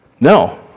No